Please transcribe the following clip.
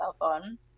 on